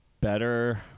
better